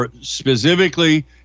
Specifically